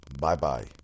Bye-bye